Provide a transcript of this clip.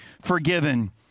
forgiven